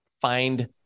find